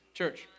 Church